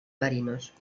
marinos